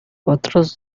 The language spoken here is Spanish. otros